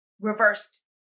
reversed